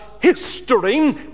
history